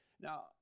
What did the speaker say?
Now